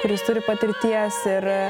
kuris turi patirties ir